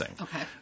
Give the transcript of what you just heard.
Okay